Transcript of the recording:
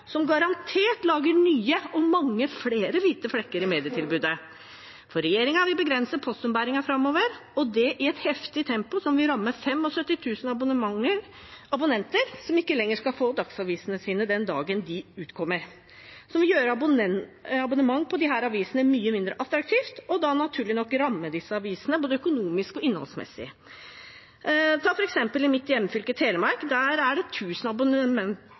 som garantert lager nye og mange flere hvite flekker i medietilbudet. Regjeringen vil begrense postombæringen framover, og det i et heftig tempo. Det vil ramme 75 000 abonnenter, som ikke lenger skal få dagsavisene sine den dagen de utkommer, og det vil gjøre et abonnement på disse avisene mye mindre attraktivt og naturlig nok ramme avisene både økonomisk og innholdsmessig. Ta f.eks. mitt hjemfylke, Telemark. Der